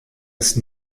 ist